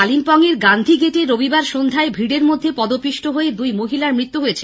কালিম্পং এর গান্ধী গেটে রবিবার সন্ধ্যায় ভীড়ের মধ্যে পদপিষ্ট হয়ে দুই মহিলার মৃত্যু হয়েছে